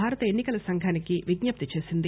భారత ఎన్నికల సంఘానికి విజ్ఞప్తి చేసింది